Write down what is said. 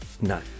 No